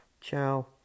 ciao